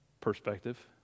perspective